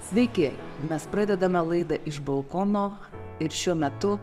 sveiki mes pradedame laidą iš balkono ir šiuo metu